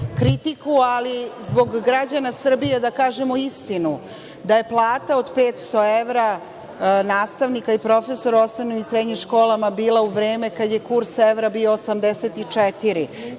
kritiku, ali zbog građana Srbije da kažemo istinu, da je plata od 500 evra nastavnika i profesora u osnovnim i srednjim školama bila u vreme kada je kurs evra bio 84